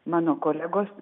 mano kolegos